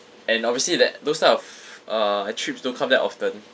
and obviously that those type of uh trips don't come that often